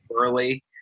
early